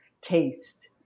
taste